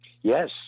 Yes